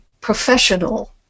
professional